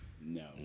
No